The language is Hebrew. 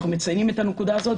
אנחנו מציינים את הנקודה הזאת.